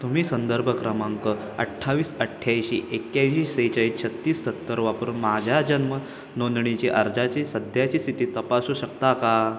तुम्ही संदर्भ क्रमांक अठ्ठावीस अठ्ठ्याऐंशी एक्याऐंशी सेहेचाळीस छत्तीस सत्तर वापरून माझ्या जन्म नोंदणीची अर्जाची सध्याची स्थिती तपासू शकता का